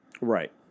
Right